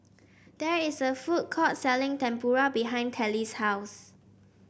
there is a food court selling Tempura behind Telly's house